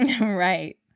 Right